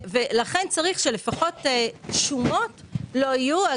לכן צריך שלפחות שומות לא יהיו.